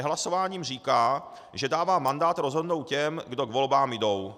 Nehlasováním říká, že dává mandát rozhodnout těm, kdo k volbám jdou.